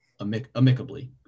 amicably